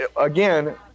Again